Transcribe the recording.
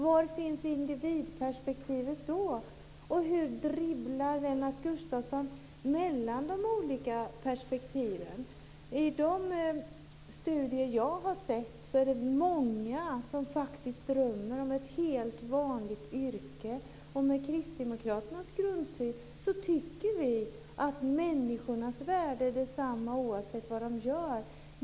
Var finns individperspektivet då? Hur dribblar Lennart Gustavsson mellan de olika perspektiven? I de studier som jag har sett är det många som faktiskt drömmer om ett helt vanligt yrke. Kristdemokraternas grundsyn är att människornas värde är detsamma oavsett vad de gör.